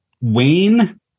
Wayne